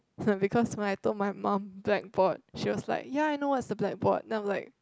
because when I told my mum blackboard she was like ya I know what's the blackboard then I'm like